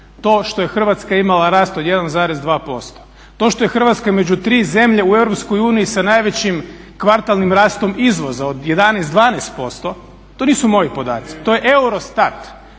to što je Hrvatska imala rast od 1,2%, to što je Hrvatska među 3 zemlje u Europskoj uniji sa najvećim kvartalnim rastom izvoza od 11, 12% to nisu moji podaci, to je Eurostat.